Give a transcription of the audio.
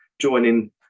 joining